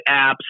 apps